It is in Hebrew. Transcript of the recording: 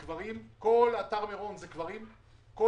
בידיעה שבכל מקום שאתה חופר, אתה לא יכול להכניס